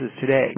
today